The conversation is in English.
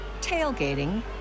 tailgating